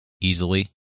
easily